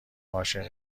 عاشق